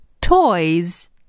toys